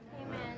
Amen